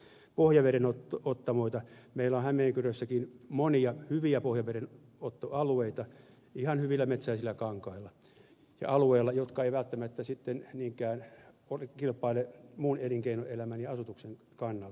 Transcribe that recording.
meillä on hämeenkyrössäkin monia hyviä pohjavedenottoalueita ihan hyvillä metsäisillä kankailla ja alueilla jotka eivät välttämättä sitten niinkään kilpaile muun elinkeinoelämän ja asutuksen kannalta